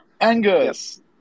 Angus